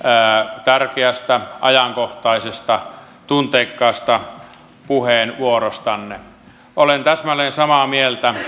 tää tärkeistä ajankohtaisista tunteikasta puheenvuorostanne olen täsmälleen samaa mieltä